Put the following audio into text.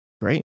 Great